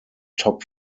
top